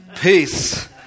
peace